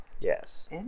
yes